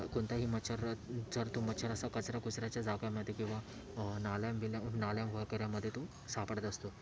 कोणताही मच्छर जर तो मच्छर असा कचरा कुचऱ्याच्या जागामध्ये किंवा नाल्याबिल्या नाल्या वगैरे मध्ये तो सापडत असतो